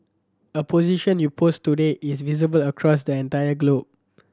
a position you post today is visible across the entire globe